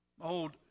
old